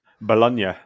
Bologna